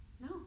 No